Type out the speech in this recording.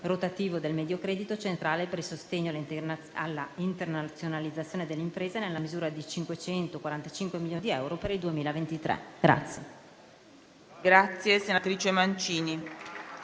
rotativo del Mediocredito centrale per il sostegno all'internazionalizzazione delle imprese nella misura di 545 milioni di euro per il 2023.